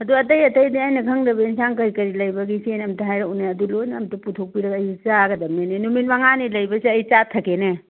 ꯑꯗꯨ ꯑꯇꯩ ꯑꯇꯩꯗꯤ ꯑꯩꯅ ꯈꯪꯗꯕ ꯑꯦꯟꯁꯥꯡ ꯀꯔꯤ ꯀꯔꯤ ꯂꯩꯕꯒꯦ ꯏꯆꯦꯅ ꯑꯃꯨꯛꯇ ꯍꯥꯏꯔꯛꯎꯅꯦ ꯑꯗꯨ ꯂꯣꯏꯅ ꯑꯝꯇ ꯄꯨꯊꯣꯛꯄꯤꯔꯒ ꯑꯩ ꯆꯥꯒꯗꯕꯅꯤꯅꯦ ꯅꯨꯃꯤꯠ ꯃꯉꯥꯅꯤ ꯂꯩꯕꯁꯦ ꯑꯩ ꯆꯥꯊꯒꯦꯅꯦ